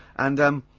and um,